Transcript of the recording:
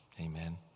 Amen